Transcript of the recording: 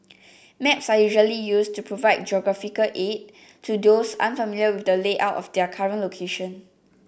maps are usually used to provide geographical aid to those unfamiliar with the layout of their current location